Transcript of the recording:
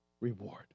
reward